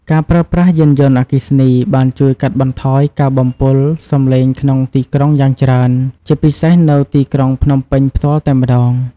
ការប្រើប្រាស់យានយន្តអគ្គីសនី បានជួយកាត់បន្ថយការបំពុលសំលេងក្នុងទីក្រុងយ៉ាងច្រើន ជាពិសេសនៅទីក្រុងភ្នំពេញផ្ទាល់តែម្ដង។